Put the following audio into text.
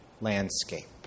landscape